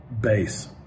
base